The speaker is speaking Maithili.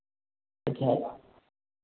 अच्छा